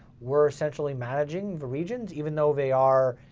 we're essentially managing the regions even though they are,